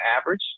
average